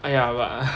!aiya! but ah